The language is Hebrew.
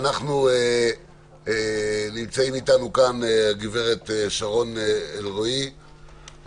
נמצאת אתמול הד"ר שרון אלרעי,